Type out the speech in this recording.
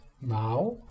now